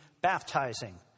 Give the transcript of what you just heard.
baptizing